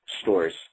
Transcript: stores